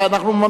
אפילו,